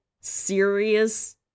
serious-